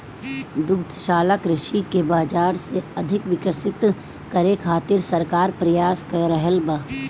दुग्धशाला कृषि के बाजार के अधिक विकसित करे खातिर सरकार प्रयास क रहल बा